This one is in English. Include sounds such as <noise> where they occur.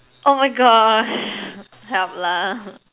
oh my gosh <laughs> help lah